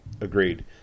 Agreed